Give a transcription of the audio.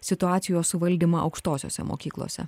situacijos suvaldymą aukštosiose mokyklose